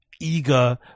eager